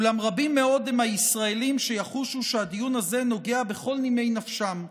אולם רבים מאוד הם הישראלים שיחושו שהדיון הזה נוגע בכל נימי נפשם,